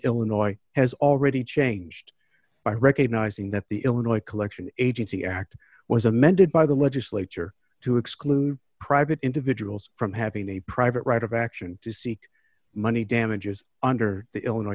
illinois has already changed by recognizing that the illinois collection agency act was amended by the legislature to exclude private individuals from having a private right of action to seek money damages under the illinois